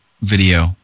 video